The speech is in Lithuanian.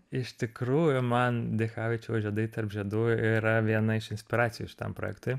iš tikrųjų man dichavičiaus žiedai tarp žiedų yra viena iš inspiracijų šitam projektui